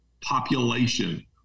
population